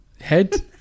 head